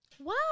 Wow